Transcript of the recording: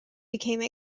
became